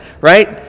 right